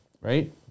right